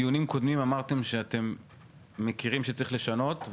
בדיונים קודמים אמרתם שאתם מכירים שצריך לשנות,